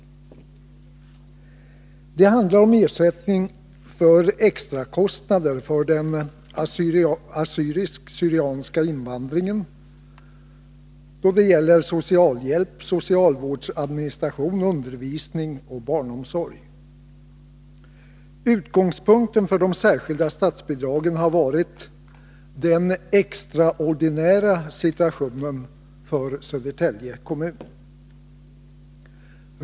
Det handlar om ersättning för extrakostnader för den assyrisksyrianska invandringen då det gäller socialhjälp, socialvårdsadministration, undervisning och barnomsorg. Utgångspunkten för de särskilda statsbidra gen har varit den extraordinära situationen för Södertälje kommun.